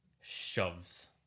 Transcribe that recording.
shoves